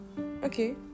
Okay